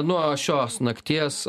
nuo šios nakties